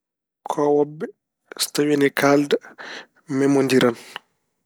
Koowobbe so tawi ine kaalda memondiran.